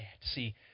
see